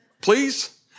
please